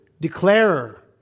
declarer